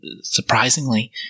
surprisingly